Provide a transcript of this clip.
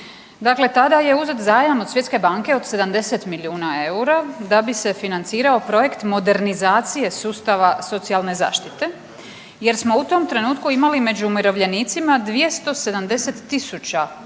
Dakle, tada je uzet zajam od Svjetske banke od 70 milijuna eura da bi se financirao projekt modernizacije sustava socijalne zaštite jer smo u tom trenutku imali među umirovljenicima 270 000